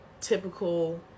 typical